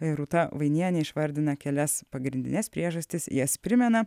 ir rūta vainienė išvardina kelias pagrindines priežastis jas primena